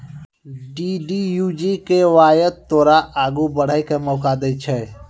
DDU GKY तोरा आगू बढ़ै के मौका दै छै